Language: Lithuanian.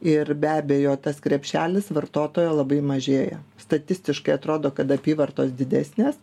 ir be abejo tas krepšelis vartotojo labai mažėja statistiškai atrodo kad apyvartos didesnės